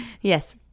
Yes